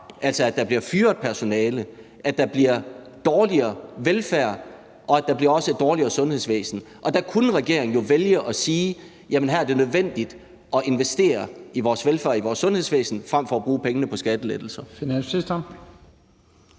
altså at der bliver fyret personale, at der bliver dårligere velfærd, og at der også bliver et dårligere sundhedsvæsen. Der kunne regeringen jo vælge at sige, at her er det nødvendigt at investere i vores velfærd og i vores sundhedsvæsen frem for at bruge pengene på skattelettelser.